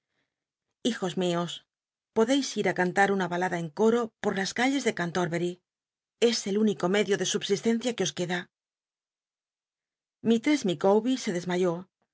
hijos mios podcis ir ü cantar una balada en coro por las calles de cantol'bery i es el único mcclio de subsistencia que os queda ilistress micawbcr se desmayó pmo